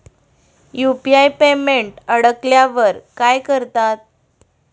UPI payment अडकल्यावर काय करतात?